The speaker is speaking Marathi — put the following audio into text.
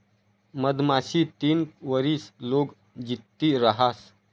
मधमाशी तीन वरीस लोग जित्ती रहास